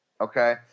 Okay